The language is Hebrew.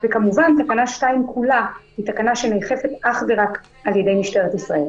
וכמובן תקנה 2 כולה היא תקנה שנאכפת אך ורק על ידי משטרת ישראל.